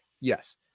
yes